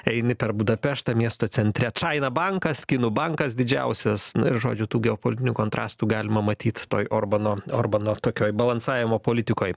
eini per budapeštą miesto centre čaina bankas kinų bankas didžiausias na ir žodžiu tų geopolitinių kontrastų galima matyt toj orbano orbano tokioj balansavimo politikoj